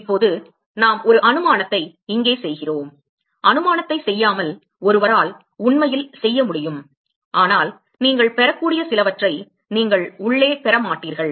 இப்போது நாம் ஒரு அனுமானத்தை இங்கே செய்கிறோம் அனுமானத்தைச் செய்யாமல் ஒருவரால் உண்மையில் செய்ய முடியும் ஆனால் நீங்கள் பெறக்கூடிய சிலவற்றை நீங்கள் உள்ளே பெறமாட்டீர்கள்